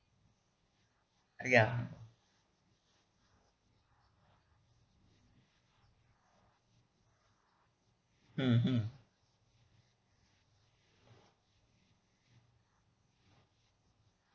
ya mmhmm